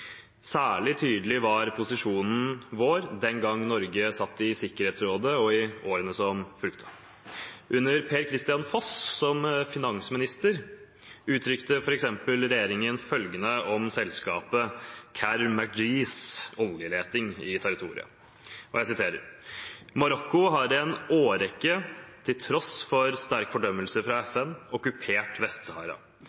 Særlig tydelig var posisjonen vår den gang Norge satt i Sikkerhetsrådet, og i årene som fulgte. Under Per-Kristian Foss som finansminister uttrykte f.eks. regjeringen følgende om selskapet Kerr-McGees oljeleting i territoriet: «Marokko har i en årrekke, til tross for sterk fordømmelse fra